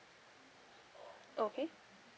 okay